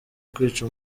kwica